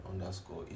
underscore